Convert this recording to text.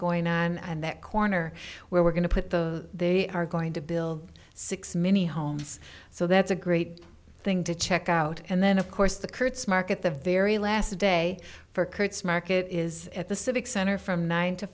going on and that corner where we're going to put the they are going to build six many homes so that's a great thing to check out and then of course the kurtz mark at the very last day for kurtz market is at the civic center from nine to